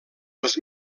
els